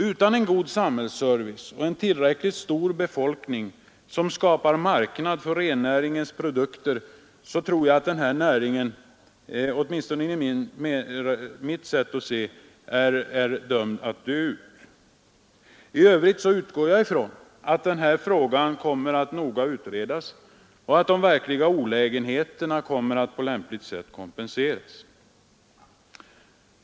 Utan en god samhällsservice och tillräckligt stor befolkning, som skapar marknad för rennäringens produkter, tror jag den här näringen, åtminstone enligt mitt sätt att se, är dömd att dö ut. I övrigt utgår jag ifrån att frågan kommer att noga utredas, och att de verkliga olägenheterna kommer att på lämpligt sätt kompenseras.